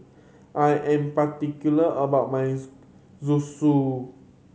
I am particular about my Zosui